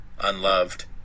unloved